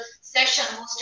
session